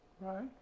Right